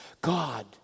God